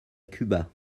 cuba